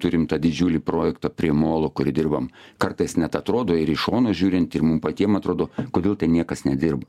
turim tą didžiulį projektą prie molo kurį dirbam kartais net atrodo ir iš šono žiūrint ir mum patiems atrodo kodėl ten niekas nedirb